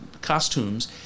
costumes